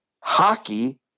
Hockey